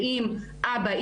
אם אבא,